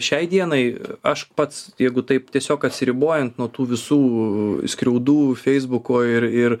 šiai dienai aš pats jeigu taip tiesiog atsiribojant nuo tų visų skriaudų feisbuko ir ir